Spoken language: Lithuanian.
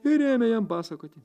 ir ėmė jam pasakoti